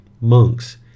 Monks